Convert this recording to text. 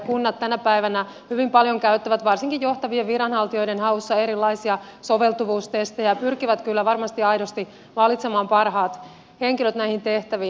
kunnat tänä päivänä hyvin paljon käyttävät varsinkin johtavien viranhaltijoiden haussa erilaisia soveltuvuustestejä pyrkivät kyllä varmasti aidosti valitsemaan parhaat henkilöt näihin tehtäviin